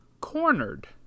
cornered